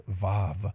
vav